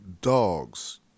dogs